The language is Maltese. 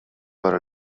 wara